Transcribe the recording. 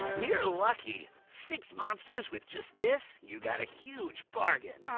you're lucky. six monsters with just this? you gotta huge bargain